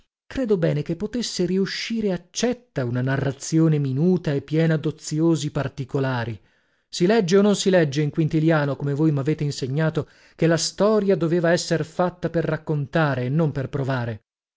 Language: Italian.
credo bene che potesse riuscire accetta una narrazione minuta e piena doziosi particolari si legge o non si legge in quintiliano come voi mavete insegnato che la storia doveva esser fatta per raccontare e non per provare